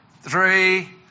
three